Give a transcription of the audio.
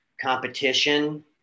competition